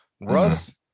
Russ